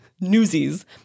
Newsies